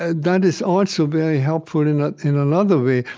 ah that is also very helpful in ah in another way.